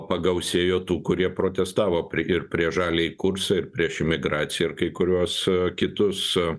pagausėjo tų kurie protestavo ir prieš prieš žaliąjį kursą ir prieš imigraciją ir kai kuriuos kitus